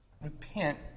Repent